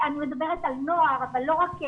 אני מדברת על נוער אבל לא רק נוער,